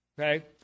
Okay